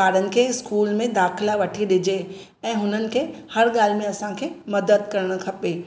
ॿारनि खे स्कूल में दाख़िला वठी ॾिजे ऐं हुननि खे हर ॻाल्हि में असांखे मदद करणु खपे